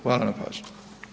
Hvala na pažnji.